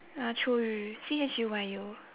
uh chu yu C H U Y U